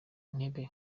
intebe